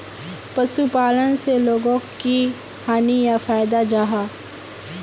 पशुपालन से लोगोक की हानि या फायदा जाहा?